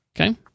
Okay